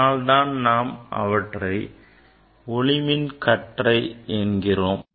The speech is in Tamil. அதனால்தான் நாம் அவற்றை ஒளிமின் கற்றை என்கிறோம்